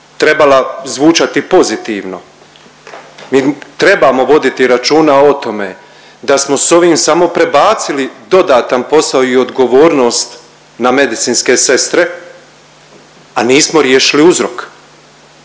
trebala zvučati pozitivno, mi trebamo voditi računa o tome da smo s ovim samo prebacili dodatan posao i odgovornost na medicinske sestre, a nismo riješili uzrok